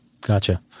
Gotcha